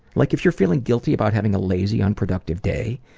like if you're feeling guilty about having a lazy, unproductive day,